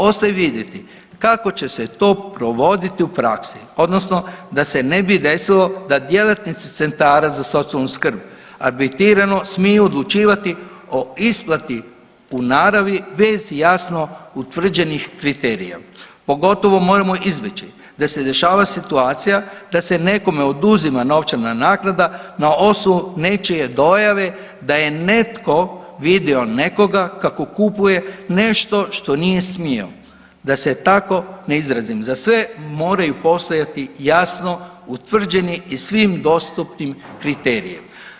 Ostaje vidjeti kako će se to provoditi u praksi odnosno da se ne bi desilo da djelatnici centara za socijalnu skrb arbitrirano smiju odlučivati o isplati u naravi bez jasno utvrđenih kriterija, pogotovo moramo izbjeći da se dešava situacija da se nekome oduzima novčana naknada na osnovu nečije dojave da je netko vidio nekoga kako kupuje nešto što nije smio, da se tako ne izrazim, za sve moraju postojati jasno utvrđeni i svim dostupnim kriterijima.